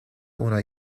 una